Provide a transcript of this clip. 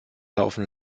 laufen